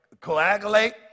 coagulate